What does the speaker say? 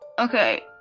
okay